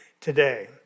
today